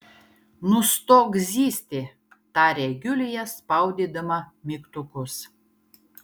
nustok zyzti tarė julija spaudydama mygtukus